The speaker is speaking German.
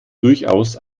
durchaus